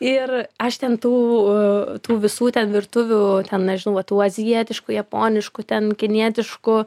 ir aš ten tų tų visų ten virtuvių ten nežinau va tų azijietiškų japoniškų ten kinietiškų